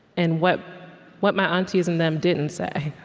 and what what my aunties and them didn't say.